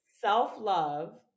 self-love